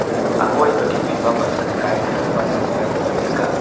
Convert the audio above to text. ꯑꯀꯣꯏꯕꯒꯤ ꯐꯤꯚꯝ ꯑꯁꯤꯅ ꯀꯥꯏꯊꯔꯛꯄꯅ ꯃꯔꯝ ꯑꯣꯏꯔꯒ